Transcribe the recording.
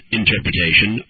interpretation